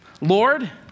Lord